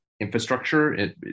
infrastructure